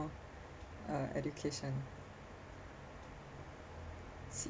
uh education